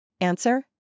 Answer